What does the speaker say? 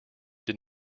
did